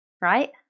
Right